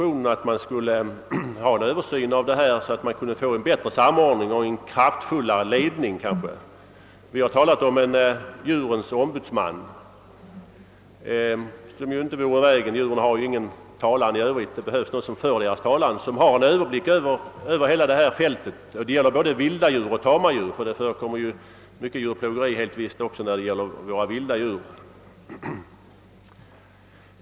Vi efterlyser i vår motion II:23 en översyn av dessa förhållanden för att få en bättre samordning och måhända en mera kraftfull ledning. Vi har fört fram tanken på en djurens ombudsman. Vi tycker att det behövs en sådan med en överblick över hela fältet, d.v.s. både tama och vilda djur, eftersom det förekommer mycket djurplågeri också av vilda djur.